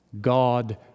God